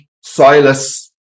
Silas